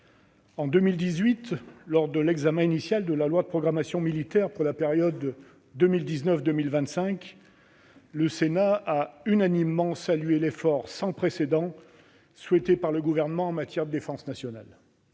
en 2018, lors de l'examen initial de la loi de programmation militaire pour la période 2019-2025, le Sénat a unanimement salué l'effort sans précédent souhaité par le Gouvernement en matière de défense nationale.